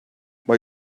mae